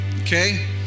okay